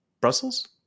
Brussels